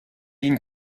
int